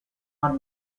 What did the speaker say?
are